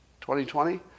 2020